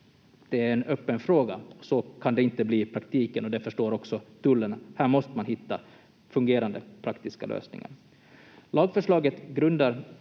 Det är en öppen fråga. Så kan det inte bli i praktiken, och det förstår också Tullen. Här måste man hitta fungerande praktiska lösningar. Lagförslaget bottnar